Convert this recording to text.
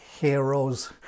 heroes